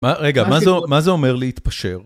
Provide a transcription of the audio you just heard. מה, רגע, מה זה אומר להתפשר?